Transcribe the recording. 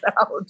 out